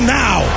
now